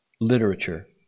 literature